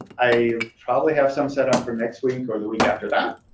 i probably have some set up for next week or the week after that.